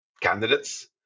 candidates